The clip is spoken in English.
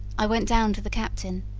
i went down to the captain,